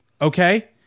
Okay